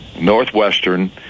Northwestern